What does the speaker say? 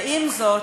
ועם זאת,